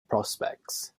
prospects